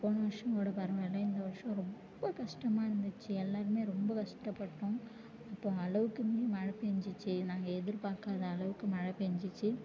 போன வருஷம் கூட பரவாயில்ல இந்த வருஷம் ரொம்ப கஷ்டமாக இருந்துச்சு எல்லாருமே ரொம்ப கஷ்டப்பட்டோம் இப்போது அளவுக்கு மீறி மழை பேஞ்சிச்சு நாங்கள் எதிர்பார்க்காத அளவுக்கு மழை பேஞ்சிச்சு